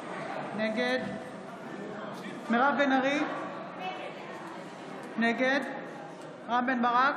נגד מירב בן ארי, נגד רם בן ברק,